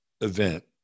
event